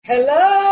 Hello